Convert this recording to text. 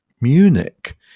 Munich